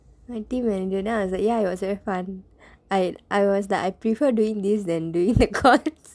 man then I was like ya it was very fun I I was like I prefer doing this than doing accounts